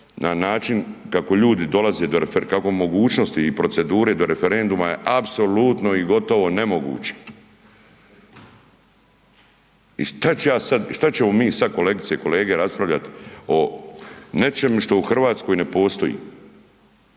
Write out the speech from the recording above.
na način kako ljudi dolaze do refer, kako mogućnosti i procedure do referenduma je apsolutno i gotovo nemoguće. I šta ću ja sad i šta ćemo mi sad kolegice i kolege raspravljat o nečem što u RH ne postoji,